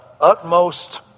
utmost